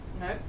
No